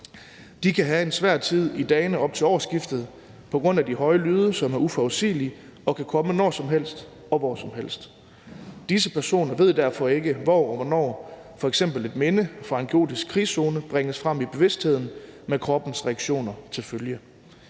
De kan have en svær tid i dagene op til årsskiftet på grund af de høje lyde, som er uforudsigelige og kan komme når som helst og hvor som helst. Disse personer ved derfor ikke, hvor og hvornår f.eks. et minde fra en kaotisk krigszone bringes frem i bevidstheden med kroppens reaktioner til følge.